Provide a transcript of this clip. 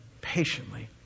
patiently